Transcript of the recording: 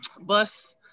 bus